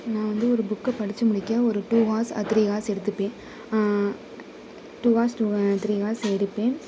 நான் வந்து ஒரு புக்கை படித்து முடிக்க ஒரு டூ ஹார்ஸ் த்ரீ ஹார்ஸ் எடுத்துப்பேன் two hours to three hours எடுப்பேன்